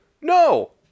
No